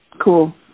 Cool